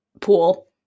Pool